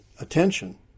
attention